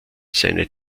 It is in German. seine